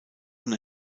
und